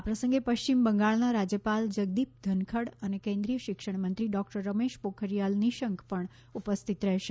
આ પ્રસંગે પશ્ચિમ બંગાળના રાજ્યપાલ જગદીપ ધનખડ અને કેન્દ્રીય શિક્ષણમંત્રી ડોક્ટર રમેશ પોખરિયાલ નિશંક પણ ઉપસ્થિત રહેશે